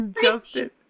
justin